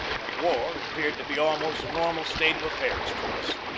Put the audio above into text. that war appeared to be almost a normal state of affairs to us.